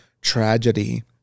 tragedy